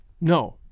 No